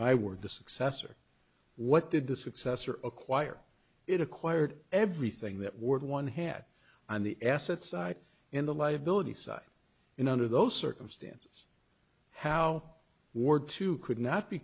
my word the successor what did the successor acquire it acquired everything that ward one had on the asset side in the liability side in under those circumstances how ward two could not be